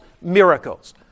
miracles